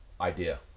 idea